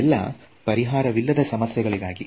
ಇದೆಲ್ಲಾ ಪರಿಹಾರವಿಲ್ಲದ ಸಮಸ್ಯೆಗಳಿಗಾಗಿ